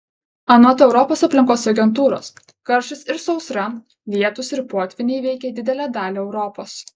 anot europos aplinkos agentūros karštis ir sausra lietūs ir potvyniai veikia didelę dalį europos